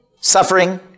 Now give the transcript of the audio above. suffering